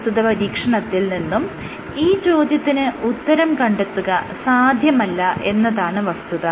പ്രസ്തുത പരീക്ഷണത്തിൽ നിന്നും ഈ ചോദ്യത്തിന് ഉത്തരം കണ്ടെത്തുക സാധ്യമല്ല എന്നതാണ് വസ്തുത